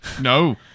No